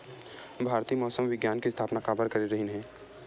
भारती मौसम विज्ञान के स्थापना काबर करे रहीन है?